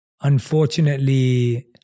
unfortunately